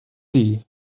see